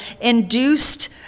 induced